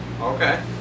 Okay